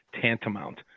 tantamount